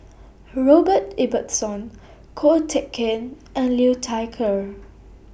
Robert Ibbetson Ko Teck Kin and Liu Thai Ker